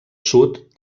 sud